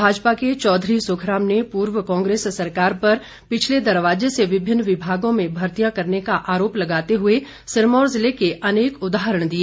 भाजपा के चौधरी सुखराम ने पूर्व कांग्रेस सरकार पर पिछले दरवाजे से विभिन्न विमागों में मर्तियां करने का आरोप लगाते हुए सिरमौर जिले के अनेक उदाहरण दिए